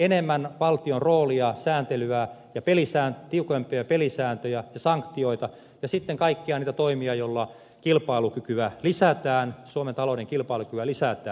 enemmän valtion roolia sääntelyä ja tiukempia pelisääntöjä ja sanktioita ja sitten kaikkia niitä toimia joilla suomen talouden kilpailukykyä lisätään